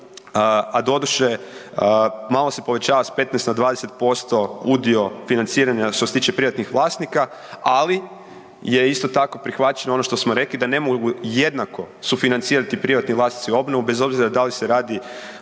A doduše malo se povećava s 15 na 20% udio financiranja što se tiče privatnih vlasnika, ali je isto tako prihvaćeno ono što smo rekli da ne mogu jednako sufinancirati privatni vlasnici obnovu bez obzira da li se radi